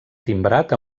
timbrat